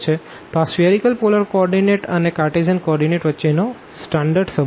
તો આ spherical polar coordinate અને કારટેઝિયન કો ઓર્ડીનેટ વચ્ચેનો સ્ટાન્ડર્ડ સંબંધ છે